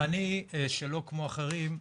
ואני שלא כמו אחרים,